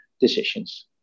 decisions